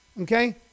Okay